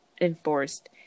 enforced